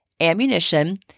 ammunition